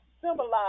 symbolize